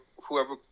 whoever